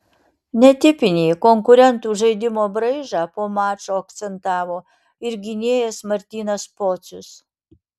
netipinį konkurentų žaidimo braižą po mačo akcentavo ir gynėjas martynas pocius